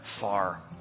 far